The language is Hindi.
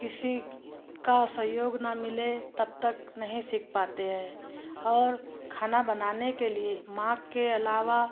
किसी का सहयोग न मिले तब तक नहीं सीख पाते हैं और खाना बनाने के लिए माँ के अलावा